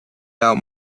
out